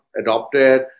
adopted